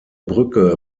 brücke